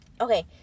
okay